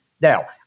now